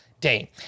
day